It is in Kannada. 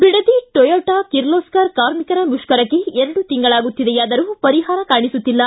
ಬಿಡದಿ ಟೊಯೋಟಾ ಕಿರೋಸ್ಕರ್ ಕಾರ್ಮಿಕರ ಮುಷ್ಕರಕ್ಕೆ ಎರಡು ತಿಂಗಳಾಗುತ್ತಿದೆಯಾದರೂ ಪರಿಹಾರ ಕಾಣಿಸುತ್ತಿಲ್ಲ